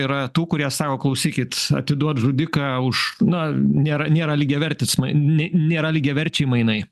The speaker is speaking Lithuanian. yra tų kurie sako klausykit atiduot žudiką už na nėra nėra lygiavertis ne nėra lygiaverčiai mainai